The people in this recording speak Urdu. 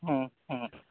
ہوں ہوں